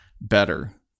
Better